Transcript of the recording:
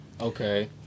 Okay